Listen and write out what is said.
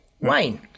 Wine